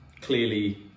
clearly